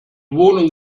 wohnung